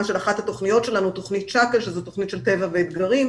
של אחת התכניות שלנו תוכנית שאקל שהיא תוכנית טבע ואתגרים,